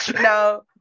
No